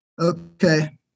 Okay